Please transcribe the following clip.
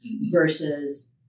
versus